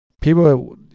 people